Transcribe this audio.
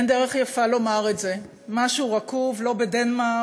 אין דרך יפה לומר את זה: משהו רקוב לא בדנמרק,